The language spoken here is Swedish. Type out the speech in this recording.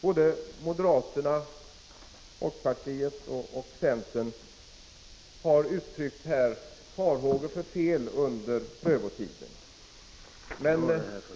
Såväl moderaterna som folkpartiet och centern har uttryckt farhågor för fel under prövotiden.